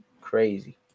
Crazy